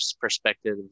perspective